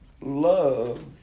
love